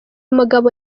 mugabo